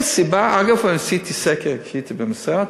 אגב, עשיתי סקר כשהייתי במשרד,